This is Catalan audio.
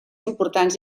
importants